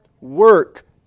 Work